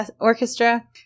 Orchestra